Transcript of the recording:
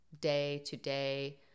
day-to-day